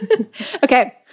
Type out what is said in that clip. Okay